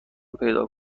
پیدا